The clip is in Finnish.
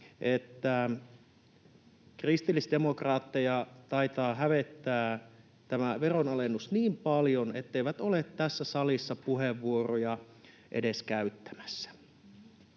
kristillisdemokraatteja taitaa hävettää tämä veronalennus niin paljon, etteivät ole tässä salissa puheenvuoroja edes käyttämässä.